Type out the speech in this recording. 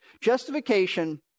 Justification